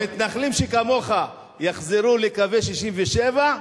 שמתנחלים שכמוך יחזרו לקווי 67',